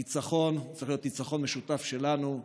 הניצחון צריך להיות ניצחון משותף שלנו,